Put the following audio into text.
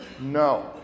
no